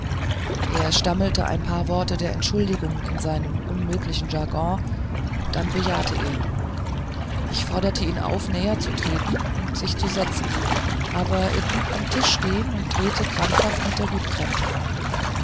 er stammelte ein paar worte der entschuldigung in seinem unmöglichen jargon dann bejahte er ich forderte ihn auf näher zu treten und sich zu setzen aber er blieb am tisch stehen und drehte krampfhaft mit der hutkrempe